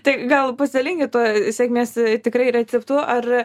tai gal pasidalinkit tuo sėkmės tikrai receptu ar